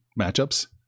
matchups